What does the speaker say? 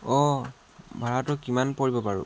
অঁ ভাড়াটো কিমান পৰিব বাৰু